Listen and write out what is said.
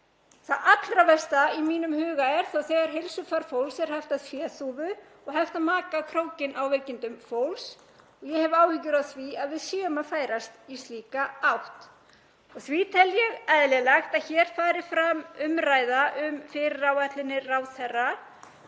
Það allra versta í mínum huga er þó þegar heilsufar fólks er haft að féþúfu og hægt að maka krókinn á veikindum fólks og ég hef áhyggjur af því að við séum að færast í slíka átt. Því tel ég eðlilegt að hér fari fram umræða um fyrirætlanir ráðherra